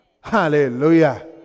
Hallelujah